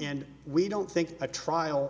and we don't think a trial